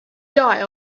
die